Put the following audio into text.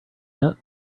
yet